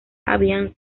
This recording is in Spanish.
habían